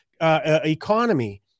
economy